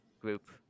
group